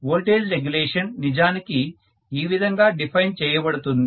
voltage regulation నిజానికి ఈ విధంగా డిఫైన్ చేయబడుతుంది